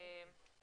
ואני